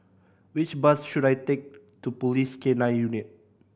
which bus should I take to Police K Nine Unit